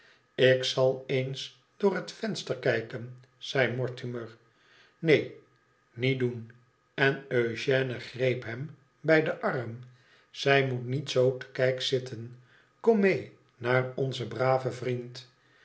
lik zal eens door het venster kijken zei mortimer neen niet doen en eugène greep hem bij den arm zij moet niet zoo te kijk zitten kom mee naar onzen braven vriend